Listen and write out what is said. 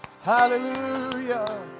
Hallelujah